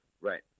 Right